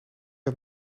dat